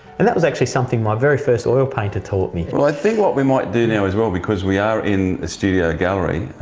and that was actually something my very first oil painter taught me. well i think what we might do now as well, because we are in a studio gallery.